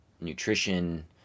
nutrition